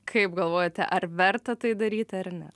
kaip galvojate ar verta tai daryti ar ne